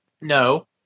no